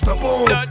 boom